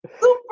Super